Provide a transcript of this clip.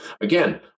again